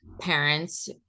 parents